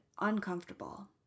uncomfortable